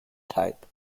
type